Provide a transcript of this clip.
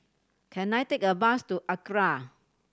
can I take a bus to ACRA